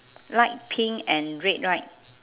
light pink and red right